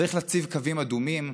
צריך להציב קווים אדומים.